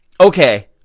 Okay